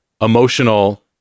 emotional